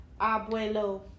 Abuelo